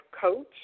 Coach